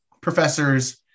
professors